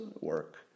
work